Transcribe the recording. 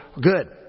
good